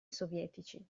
sovietici